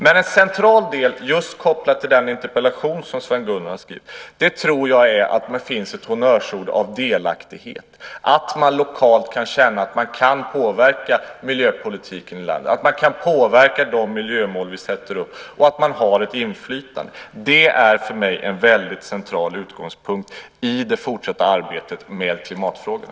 Men en central del - just kopplad till den interpellation som Sven Gunnar har skrivit - är honnörsordet delaktighet, så att man lokalt ute i landet kan känna att man kan påverka miljöpolitiken och de miljömål som vi sätter upp och att man har ett inflytande. Det är för mig en helt central utgångspunkt i det fortsatta arbetet med klimatfrågan.